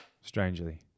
strangely